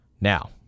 Now